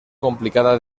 complicada